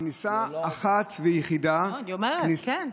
כניסה אחת ויחידה, לא, אני אומרת, כן,